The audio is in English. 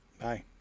Bye